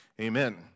Amen